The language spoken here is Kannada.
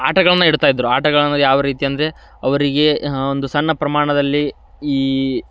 ಆಟಗಳನ್ನು ಇಡ್ತಾ ಇದ್ದರು ಆಟಗಳನ್ನು ಯಾವ ರೀತಿ ಅಂದರೆ ಅವರಿಗೆ ಆ ಒಂದು ಸಣ್ಣ ಪ್ರಮಾಣದಲ್ಲಿ ಈ